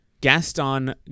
gaston